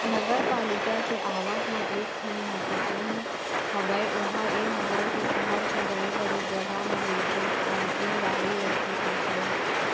नगरपालिका के आवक म एक ठन महत्वपूर्न हवय ओहा ये हवय के सहर के बड़े बड़े जगा म जइसे पारकिंग गाड़ी रखे के ठऊर